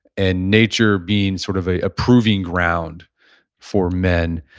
and nature being sort of a ah proving ground for men.